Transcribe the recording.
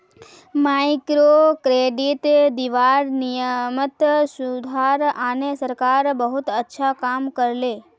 microcredit दीबार नियमत सुधार आने सरकार बहुत अच्छा काम कर ले